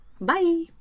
Bye